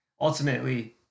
Ultimately